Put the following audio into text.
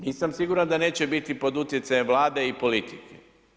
Nisam siguran da neće biti pod utjecajem Vlade i politike.